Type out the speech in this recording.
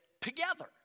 together